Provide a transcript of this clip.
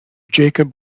jakob